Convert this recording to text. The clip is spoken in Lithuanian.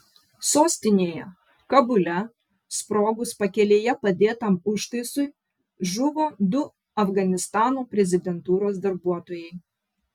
sostinėje kabule sprogus pakelėje padėtam užtaisui žuvo du afganistano prezidentūros darbuotojai